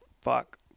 fuck